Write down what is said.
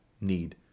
need